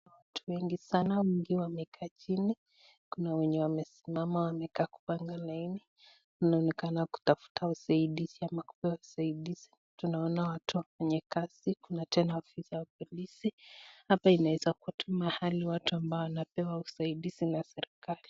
Watu wengi sana wakiwa mamekaa chini Kuna wenye wanasimama wamekaa kupanga laini inaonekana kutafuta usaidizi ama kupewa usadizi tunaona watu wenye wako kazi Kuna tena ofisa polisi, hapa inaeza kuwa tu mahali watu ambao wanapewa usadizi na serekali.